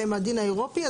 שחל עליהם הדין האירופי,